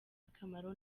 akamaro